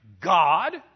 God